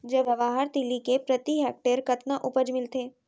जवाहर तिलि के प्रति हेक्टेयर कतना उपज मिलथे?